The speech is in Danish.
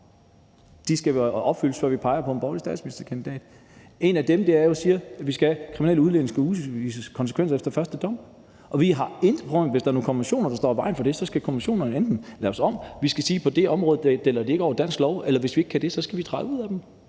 De skal være opfyldt, før vi peger på en borgerlig statsministerkandidat. Et af dem er jo, at vi siger, at kriminelle udlændinge skal udvises konsekvent og efter første dom. Og hvis der er nogle konventioner, der står i vejen for det, så skal konventionerne enten laves om – vi skal sige, at på det område gælder de ikke over dansk lov – eller hvis vi ikke kan det, så skal vi træde ud af dem.